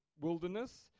wilderness